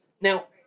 Now